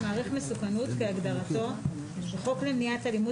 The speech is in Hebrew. מעריך מסוכנות כהגדרתו בחוק למניעת אלימות